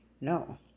No